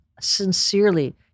Sincerely